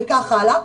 וכך הלאה,